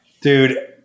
Dude